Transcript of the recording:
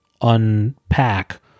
unpack